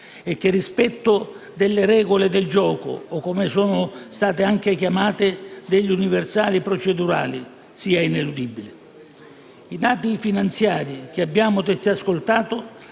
e che il rispetto delle regole del gioco o - come sono state anche chiamate - degli "universali procedurali" sia ineludibile. I dati finanziari in precedenza descritti